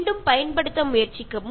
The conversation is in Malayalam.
ഒന്നും പാഴാക്കി കളയാതിരിക്കുക